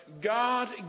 God